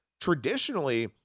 traditionally